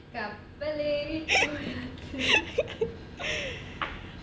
the comfortable australian